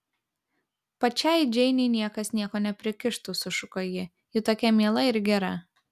pačiai džeinei niekas nieko neprikištų sušuko ji ji tokia miela ir gera